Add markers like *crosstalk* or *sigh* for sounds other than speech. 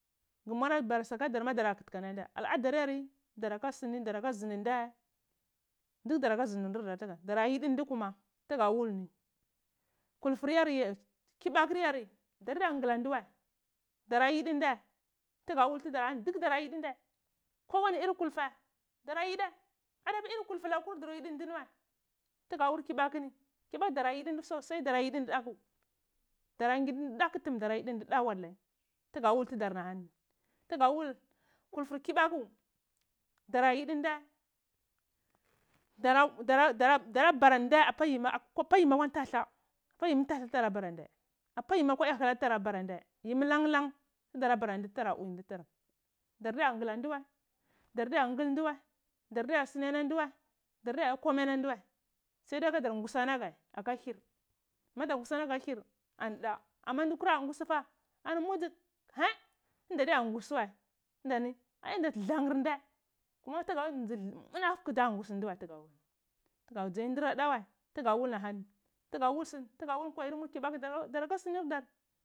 Gu mwarabara sakadarma dara naga aladaryari dardaka zundu nheh duk dara ka sundur nheh dara yidi ndukuma tug awol ni kulfur yare yar kibaku ni ndaaya nyula ndu wai dara yidai ndai duk dora yidi nɗeh kowani iyi kuhai dru yida adi apur iyi kulfu kura dang yidi ndi wai tuga da wul kibotini kibak dar yidi ndi sosai …bak dora yidi ndai daku dara rayidi ndi dateu da walahi tugudo wul tudar ni alani walahi tugada wul kulfur kibahu doig tidi ndai dara bura ndehh apa yimi akwa ntaldlah apa yimi ntala tudara buran deh akpa yimi apa tewa yoyaya tudara bura ndle yimi lan lan tuda ra do bara nndeh ndar ndiya ngula nduwa dar diya ngul ndu wai dordala sulai alo nduwai dar diya yo komai ala ndu wai sai ahe kadar ngusi anagle afed hir madar ngusi naga aka hir anu da anu ndu kakra a ngusu diya ani mujit nda diya ngusi ani unda nu alangur noleh muha tugu dai wul ni dzu munafuku ɗzadiya ndur wai tugadu wulni nzai durdado wa tugada wulni tuga wal suni kwarna dakuni. *unintelligible*